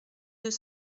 deux